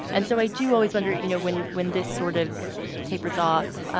and so i do always wonder, you know, when when this sort of tapers off,